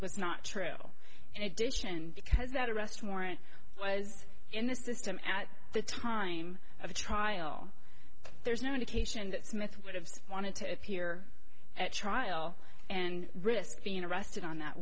was not true in addition because that arrest warrant was in the system at the time of trial there's no indication that smith would have wanted to appear at trial and risk being arrested on that